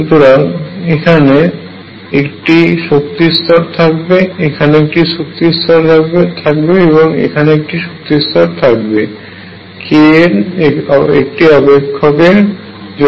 সুতরাং এখানে একটি শক্তিস্তর থাকবে এখানে একটি শক্তিস্তর থাকবে এবং এখানে একটি শক্তিস্তর থাকবে k এর একটি অপেক্ষকের জন্য